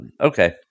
Okay